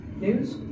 News